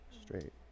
Straight